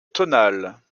tonale